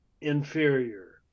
inferior